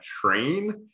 train